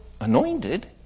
Anointed